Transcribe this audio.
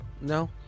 no